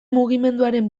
mugimenduaren